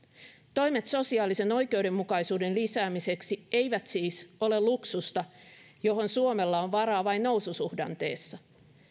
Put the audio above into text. toimet sosiaalisen oikeudenmukaisuuden lisäämiseksi eivät siis ole luksusta johon suomella on varaa vain noususuhdanteessa